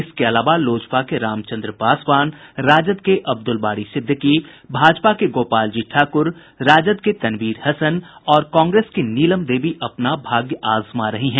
इसके अलावा लोजपा के रामचन्द्र पासवान राजद के अब्दुल बारी सिद्दीकी भाजपा के गोपाल जी ठाकुर राजद के तनवीर हसन और कांग्रेस की नीलम देवी अपना भाग्य आजमा रही हैं